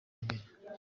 mbere